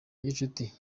gicuti